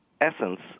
essence